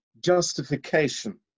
justification